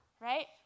right